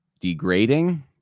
degrading